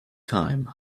time